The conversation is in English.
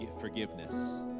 forgiveness